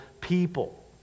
people